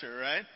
right